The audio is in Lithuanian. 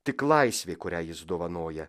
tik laisvė kurią jis dovanoja